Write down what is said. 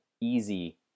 easy